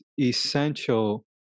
essential